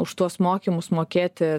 už tuos mokymus mokėti